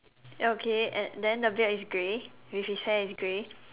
ya okay and then the beard is grey with his hair is grey